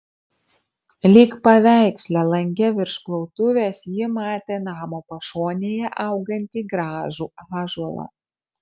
lyg paveiksle lange virš plautuvės ji matė namo pašonėje augantį gražų ąžuolą